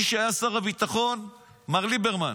מי שהיה שר הביטחון הוא מר ליברמן.